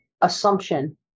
assumption